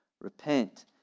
Repent